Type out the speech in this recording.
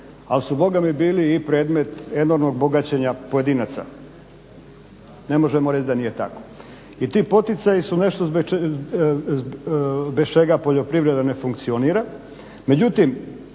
ali su Boga mi bili i predmet enormnog bogaćenja pojedinaca. Ne možemo reći da nije tako. I ti poticaji nešto bez čega poljoprivreda ne funkcionira,